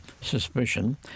suspicion